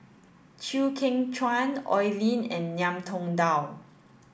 Chew Kheng Chuan Oi Lin and Ngiam Tong Dow